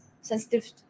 sensitive